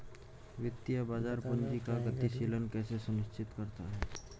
वित्तीय बाजार पूंजी का गतिशीलन कैसे सुनिश्चित करता है?